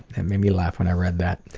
that made me laugh when i read that.